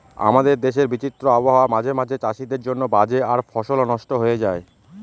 আমাদের দেশের বিচিত্র আবহাওয়া মাঝে মাঝে চাষীদের জন্য বাজে আর ফসলও নস্ট হয়ে যায়